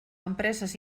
empreses